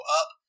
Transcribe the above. up